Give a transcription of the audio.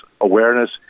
awareness